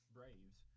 Braves